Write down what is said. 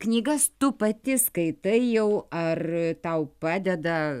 knygas tu pati skaitai jau ar tau padeda